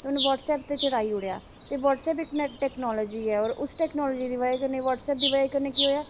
उन्न व्ट्ससैप ते चड़ाई ओड़ेआ ते ब्हाटसैप इक टैकनॉलजी ऐ ते उस टैकनॉलजी दी बजह कन्नै ब्हटसैप दी बजह कन्नै केह् होआ